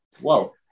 Whoa